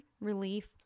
relief